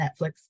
Netflix